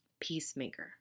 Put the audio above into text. Peacemaker